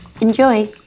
Enjoy